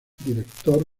director